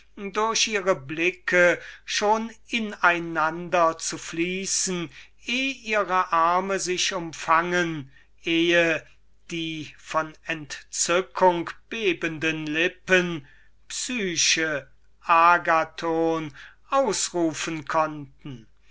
durch ihre blicke schon in einander zu fließen eh ihre arme sich umfangen und die von entzückung bebende lippen psyche agathon ausrufen konnten